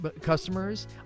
customers